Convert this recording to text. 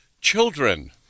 children